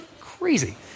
Crazy